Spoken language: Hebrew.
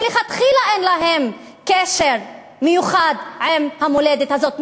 מלכתחילה אין להם קשר מיוחד עם המולדת הזאת.